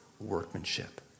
workmanship